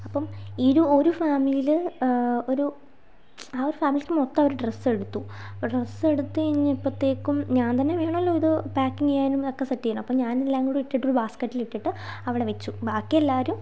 അപ്പം ഈ ഒരു ഫാമിലിയിൽ ഒരു ആ ഒരു ഫാമിലിക്ക് മൊത്തം അവർ ഡ്രെസ്സെടുത്തു ഡ്രെസ്സെടുത്ത് കഴിഞ്ഞപ്പോഴത്തേക്കും ഞാൻ തന്നെ വേണല്ലോ ഇത് പേക്കിങ്ങ് ചെയ്യാനും ഒക്കെ സെറ്റ് ചെയ്യാനും അപ്പോൾ ഞാൻ എല്ലാം കൂടി ഇട്ടിട്ട് ഒരു ബാസ്കറ്റിൽ ഇട്ടിട്ട് അവിടെ വച്ചു ബാക്കിയെല്ലാവരും